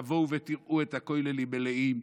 תבואו ותראו את הכוללים מלאים.